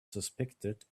suspected